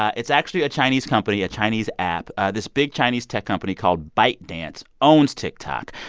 it's actually a chinese company, a chinese app. this big chinese tech company called bytedance owns tiktok.